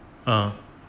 uh